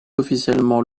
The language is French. officiellement